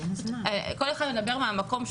כל אחד מדבר מהמקום שלו.